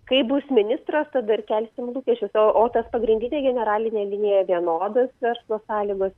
kai bus ministras tada ir kelsim lūkesčius oo o tas pagrindinė generalinė linija vienodos verslo sąlygos